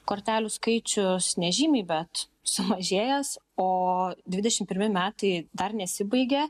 kortelių skaičius nežymiai bet sumažėjęs o dvidešimt pirmi metai dar nesibaigė